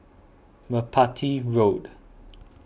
Merpati Road